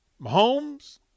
Mahomes